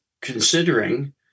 considering